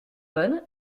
bonne